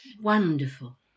Wonderful